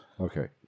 Okay